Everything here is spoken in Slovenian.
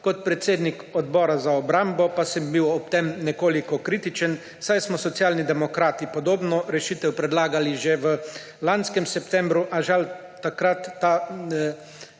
Kot predsednik Odbora za obrambo pa sem bil ob tem nekoliko kritičen, saj smo Socialni demokrati podobno rešitev predlagali že v lanskem septembru, a žal takrat ta predlog